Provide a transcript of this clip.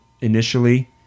initially